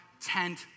tent